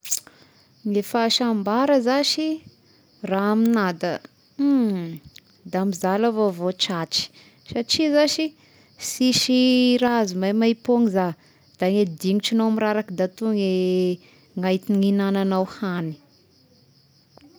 Ny fahasambara zashy raha amignà da da mizaly avao vo tratry satria zashy, sisy raha azo maimaipoagna za, da gne dignitranao miraraka da toy nahi-nihignanao hagny.